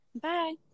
Bye